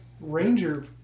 Ranger